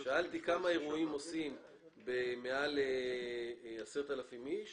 שאלתי כמה אירועים עושים עם מעל ל-10,000 איש